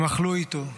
הם אכלו איתו,